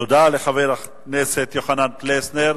תודה לחבר הכנסת יוחנן פלסנר.